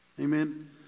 amen